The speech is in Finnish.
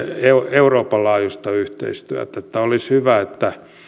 euroopan laajuista yhteistyötä olisi hyvä että